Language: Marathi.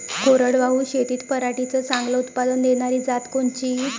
कोरडवाहू शेतीत पराटीचं चांगलं उत्पादन देनारी जात कोनची?